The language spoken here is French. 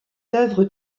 œuvres